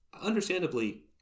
understandably